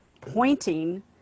pointing